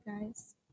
guys